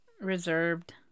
reserved